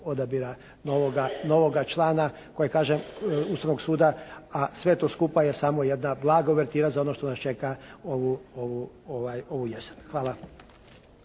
odabira novoga člana koji kažem Ustavnog suda, a sve to skupa je samo jedna blaga uvertira za ono što nas čeka ovu jesen. Hvala.